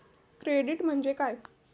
Credit म्हणजे काय?